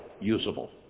usable